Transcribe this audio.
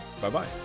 Bye-bye